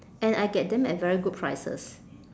and I get them at very good prices